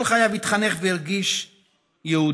כל חייו התחנך והרגיש יהודי.